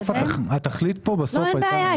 התכלית בסוף הייתה --- אין בעיה,